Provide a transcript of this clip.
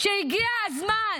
שהגיע הזמן,